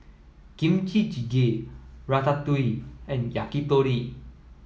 Kimchi Jjigae Ratatouille and Yakitori